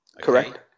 correct